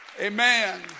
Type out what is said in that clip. Amen